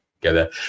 together